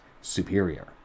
superior